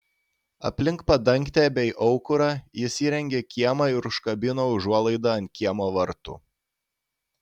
aplink padangtę bei aukurą jis įrengė kiemą ir užkabino užuolaidą ant kiemo vartų